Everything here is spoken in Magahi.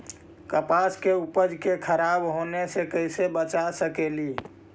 कपास के उपज के खराब होने से कैसे बचा सकेली?